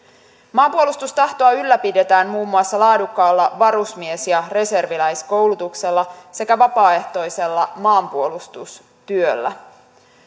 maanpuolustustahtoa ylläpidetään muun muassa laadukkaalla varusmies ja reserviläiskoulutuksella sekä vapaaehtoisella maanpuolustustyöllä